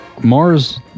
Mars